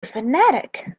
fanatic